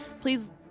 please